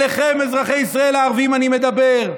אליכם, אזרחי ישראל עושים הערבים, אני מדבר: